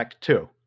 two